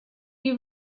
you